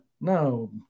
no